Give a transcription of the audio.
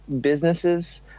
businesses